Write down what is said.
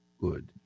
good